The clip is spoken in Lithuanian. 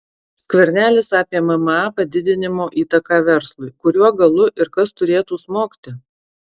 skvernelis apie mma padidinimo įtaką verslui kuriuo galu ir kas turėtų smogti